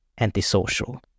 antisocial